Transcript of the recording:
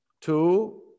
two